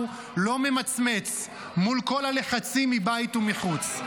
לא ממצמץ מול כל הלחצים מבית ומחוץ.